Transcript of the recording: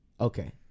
okay